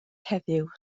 heddiw